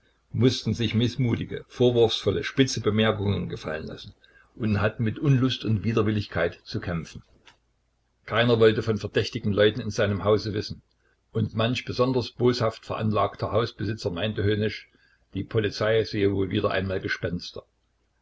mußten sich mißmutige vorwurfsvolle spitze bemerkungen gefallen lassen und hatten mit unlust und widerwilligkeit zu kämpfen keiner wollte von verdächtigen leuten in seinem hause wissen und manch besonders boshaft veranlagter hausbesitzer meinte höhnisch die polizei sähe wohl wieder einmal gespenster